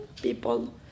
people